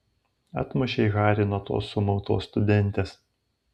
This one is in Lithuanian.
atmušei harį nuo tos sumautos studentės